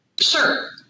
Sure